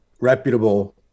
reputable